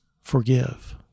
forgive